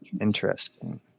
Interesting